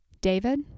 David